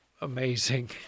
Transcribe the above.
Amazing